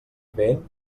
vent